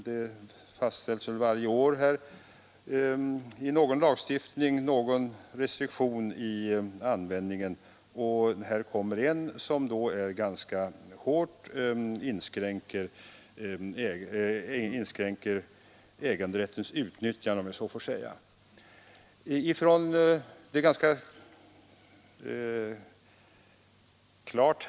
Sådana restriktioner för användning av mark tillkommer mest varje år här i riksdagen i någon lagstiftning, och därigenom har vi i det allmännas intresse ganska hårt inskränkt äganderätten när det gäller utnyttjandet av mark.